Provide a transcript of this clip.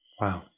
Wow